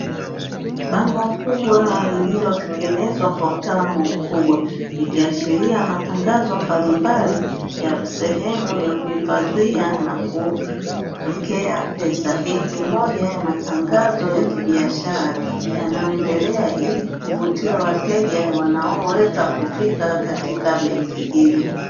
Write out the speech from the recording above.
Bango kubwa lililotengenezwa kwa utaalamu mkubwa, ikiashiria matangazo mbalimabli ya sehemu ya kuhifadhia na kuwekea pesa; hii ni moja ya matangazo ya kibiashara yanayoendelea ili kuvutia wateja wanaoweza kufika katika benki hizo.